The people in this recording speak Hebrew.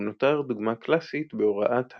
והוא נותר דוגמה קלאסית בהוראת האבולוציה.